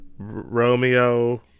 Romeo